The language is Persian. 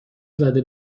زده